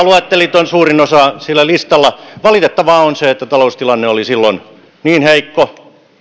luettelitte suurin osa on siellä listalla valitettavaa on se että taloustilanne oli silloin niin heikko